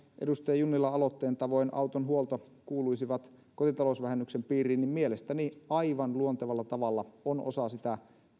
edustaja junnilan aloitteen tavoin auton huolto kuuluisivat kotitalousvähennyksen piiriin mielestäni aivan luontevalla tavalla on osa sitä